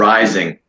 Rising